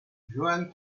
johann